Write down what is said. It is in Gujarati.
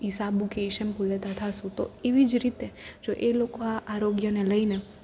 ઈ સાબુ કે ઈ શેમ્પૂ લેતા થાશું તો એવી જ રીતે જો એ લોકો આ આરોગ્યને લઈને